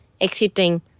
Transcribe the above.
accepting